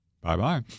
Bye-bye